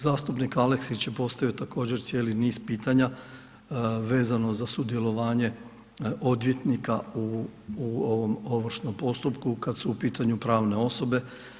Zastupnik Aleksić je postavio također cijeli niz pitanja vezano za sudjelovanje odvjetnika u ovom ovršnom postupku kad su u pitanju pravne osobe.